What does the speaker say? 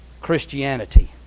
Christianity